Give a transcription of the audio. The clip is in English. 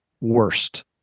worst